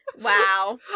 Wow